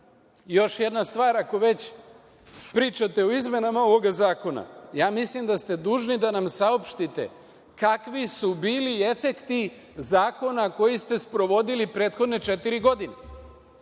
još jedna stvar, ako već pričate o izmenama ovog zakona. Mislim da ste dužni da nam saopštite kakvi su bili efekti zakona koji ste sprovodili prethodne četiri godine.